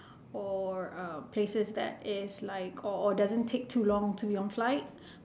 or uh places that is like or or doesn't take too long to be on flight